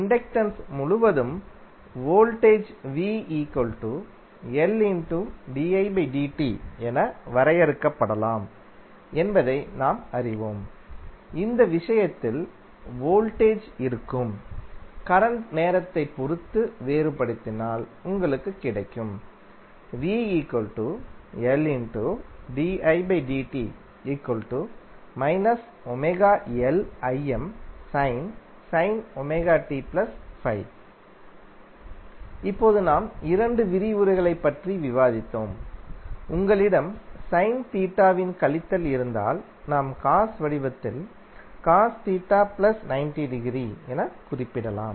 inductance முழுவதும் voltage என வரையறுக்கப்படலாம் என்பதை நாம் அறிவோம் இந்த விஷயத்தில் வோல்டேஜ் இருக்கும் கரண்ட் நேரத்தை பொறுத்துவேறுபடுத்தினால்உங்களுக்கு கிடைக்கும் இப்போது நாம் இரண்டு விரிவுரைகளைப் பற்றி விவாதித்தோம் உங்களிடம் சைன் தீட்டாவின் கழித்தல் இருந்தால் நாம் cos வடிவத்தில் cos தீட்டா ப்ளஸ் 90 டிகிரி என குறிப்பிடலாம்